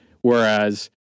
Whereas